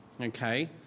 okay